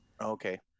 Okay